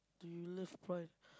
do you love prawn